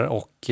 och